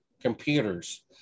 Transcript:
computers